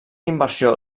inversió